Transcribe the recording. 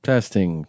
Testing